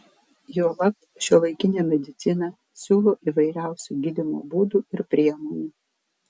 juolab šiuolaikinė medicina siūlo įvairiausių gydymo būdų ir priemonių